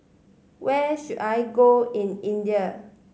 where should I go in India